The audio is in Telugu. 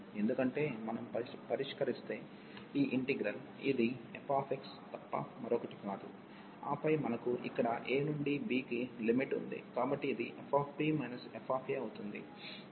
ఎందుకంటే మనం పరిష్కరిస్తే ఈ ఇంటిగ్రల్ ఇది fతప్ప మరొకటి కాదు ఆపై మనకు ఇక్కడ a నుండి b కి లిమిట్ ఉంది కాబట్టి ఇది fb faఅవుతుంది